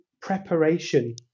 preparation